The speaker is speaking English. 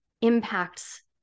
impacts